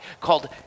called